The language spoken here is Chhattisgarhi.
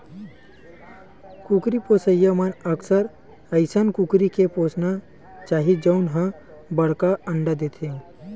कुकरी पोसइ म अक्सर अइसन कुकरी के पोसना चाही जउन ह बड़का अंडा देथे